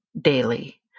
daily